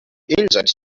injured